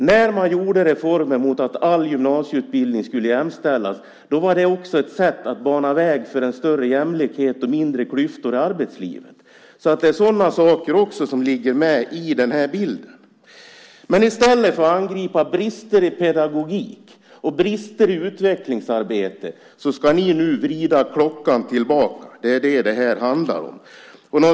När man genomförde reformen att all gymnasieutbildning skulle jämställas var det också ett sätt att bana väg för en större jämlikhet och mindre klyftor i arbetslivet. Det är sådana saker som ligger med i den här bilden. Men i stället för att angripa brister i pedagogik och brister i utvecklingsarbete ska ni nu vrida klockan tillbaka. Det är det som det här handlar om.